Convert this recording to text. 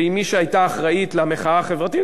ועם מי שהיתה אחראית למחאה החברתית,